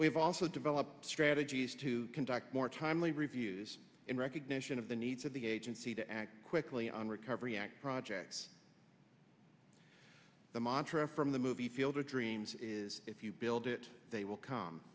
we have also developed strategies to conduct more timely reviews in recognition of the needs of the agency to act quickly on recovery act projects the montra from the movie field of dreams is if you build it they will come